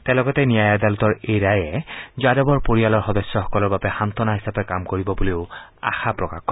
তেওঁ লগতে ন্যায় আদালতৰ এই ৰায় যাদৱৰ পৰিয়ালৰ সদস্যসকলৰ বাবে শান্তনা হিচাপে কাম কৰিব বুলিও আশা প্ৰকাশ কৰে